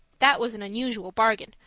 that was an unusual bargain,